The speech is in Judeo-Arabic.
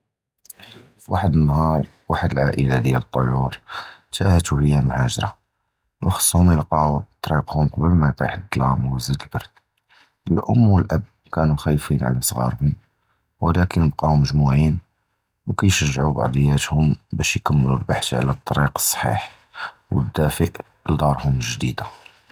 וַחַד נַהָאר וַחַד הַעַאִילַה דִיַּל הַטּוּיוּר תַּהְתוּ וְהִיָּא מְהַאגֶ'רָה וְחַסְהוּם יַלְקַאוּ תְּרוּקְהוּם בְּלָא מַא יִטִיח הַזְזָל וְיַזִיד הַבַּרְד, הָאֵם וְהָאָבּ קַאנְוּ חַאִיפִין עַל סְגַּארְהוּם וּלַקִין בְּקָּאוּ מְגֻמוּעִין וְקִיְשַגְּעוּ בַּעְדְיַאתְהוּם בַּאש יִכְמְלוּ הַבַּחְת עַל הַתְּרוּק הַצָּחִیح וְהַדַּאפֵא לְדַארְהוּם הַגְּדִידָה.